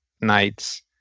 Nights